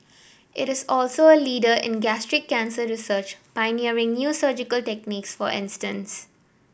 it is also a leader in gastric cancer research pioneering new surgical techniques for instance